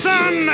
Sun